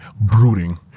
brooding